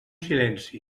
silenci